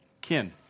kin